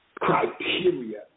criteria